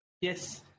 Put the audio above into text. Yes